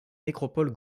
nécropole